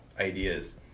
ideas